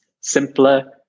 simpler